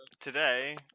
today